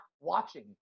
watching